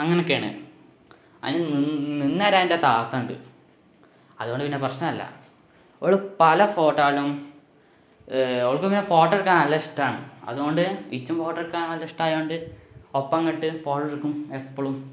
അങ്ങനക്കേണ് അതിന് നിന്നുതരാനെൻ്റെ താത്തയുണ്ട് അതുകൊണ്ട് പിന്നെ പ്രശ്നമില്ല അവള് പല ഫോട്ടോകളും അവൾക്കിങ്ങനെ ഫോട്ടോ എടുക്കാൻ നല്ല ഇഷ്ടമാണ് അതുകൊണ്ട് ഇച്ചും ഫോട്ടോ എടുക്കാന് നല്ല ഇഷ്ടമായതുകൊണ്ട് ഒപ്പങ്ങിട്ട് ഫോട്ടോ എടുക്കും എപ്പോഴും